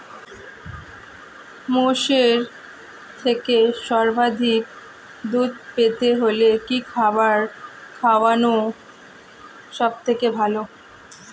মোষের থেকে সর্বাধিক দুধ পেতে হলে কি খাবার খাওয়ানো সবথেকে ভালো?